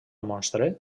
monstre